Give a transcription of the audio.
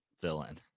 villain